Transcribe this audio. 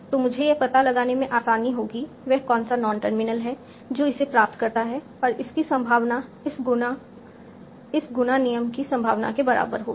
तो मुझे यह पता लगाने में आसानी होगी वह कौन सा नॉन टर्मिनल है जो इसे प्राप्त करता है और उसकी संभावना इस गुना इस गुना नियम की संभावना के बराबर होगी